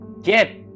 get